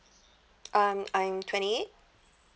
um I'm twenty eight